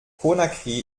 conakry